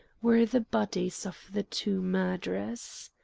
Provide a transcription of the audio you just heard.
were the bodies of the two murderers.